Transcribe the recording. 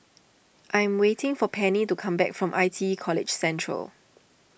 I'm waiting for Penny to come back from I T E College Central